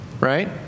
Right